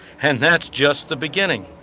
and that's just the beginning.